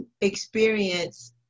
experience